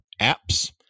apps